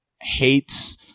hates